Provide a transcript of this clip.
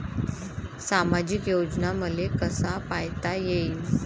सामाजिक योजना मले कसा पायता येईन?